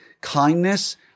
kindness